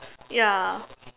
ya